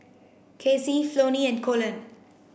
Kacey Flonnie and Colon